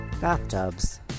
Bathtubs